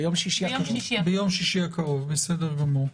ביום שישי הקרוב.